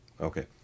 okay